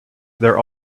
there